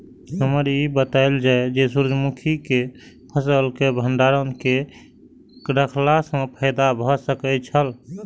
हमरा ई बतायल जाए जे सूर्य मुखी केय फसल केय भंडारण केय के रखला सं फायदा भ सकेय छल?